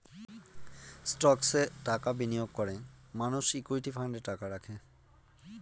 স্টকসে টাকা বিনিয়োগ করে মানুষ ইকুইটি ফান্ডে টাকা রাখে